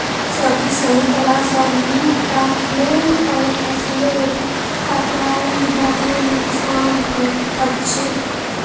सब्जी सही तरह स नी राखले पर फसलेर कटाईर बादे नुकसान हछेक